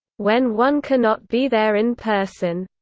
when one cannot be there in person.